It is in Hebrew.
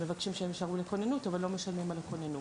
מבקשים שהם יישארו לשעות של כוננות אבל לא משלמים על הכוננות.